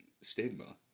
stigma